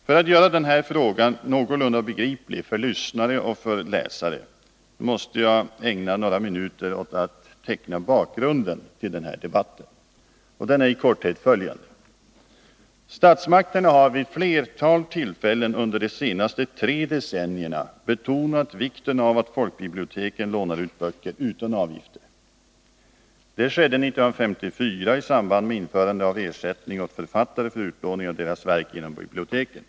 För att göra den här frågan någorlunda begriplig för lyssnare och läsare måste jag ägna några minuter åt att teckna bakgrunden till denna debatt. Den är i korthet följande: Statsmakterna har vid ett flertal tillfällen under de senaste tre decennierna betonat vikten av att folkbiblioteken lånar ut böcker utan avgifter. Det skedde 1954 i samband med införande av ersättning åt författare för utlåning av deras verk genom biblioteken.